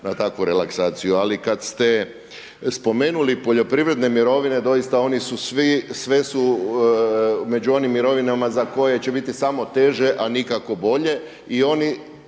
na takvu relaksaciju. Ali kad ste spomenuli poljoprivredne mirovine doista oni su svi, sve su među onim mirovinama za koje će biti samo teže a nikako bolje i oni